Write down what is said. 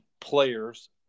players